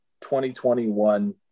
2021